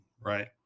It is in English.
Right